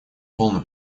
полную